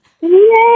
Yay